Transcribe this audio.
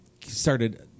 started